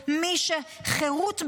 כל המדינות הדמוקרטיות.